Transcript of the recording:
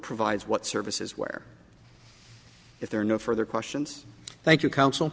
provides what services where if there are no further questions thank you